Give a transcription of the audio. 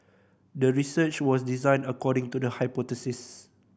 the research was designed according to the hypothesis